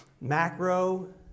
Macro